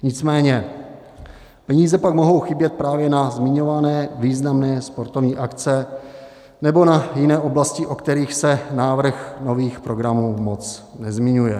Nicméně peníze pak mohou chybět právě na zmiňované významné sportovní akce nebo na jiné oblasti, o kterých se návrh nových programů moc nezmiňuje.